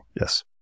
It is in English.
yes